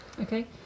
Okay